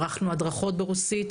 ערכנו הדרכות ברוסית.